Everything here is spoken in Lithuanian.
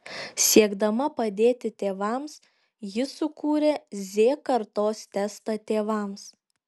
siekdama padėti tėvams ji sukūrė z kartos testą tėvams